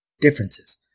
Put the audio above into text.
Differences